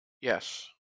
Yes